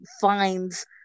finds